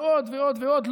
ועוד ועוד ועוד.